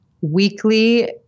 Weekly